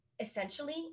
essentially